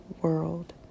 world